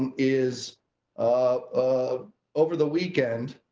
and is ah over the weekend,